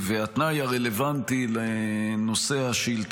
התנאי הרלוונטי לנושא הצעה